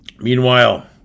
Meanwhile